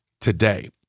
today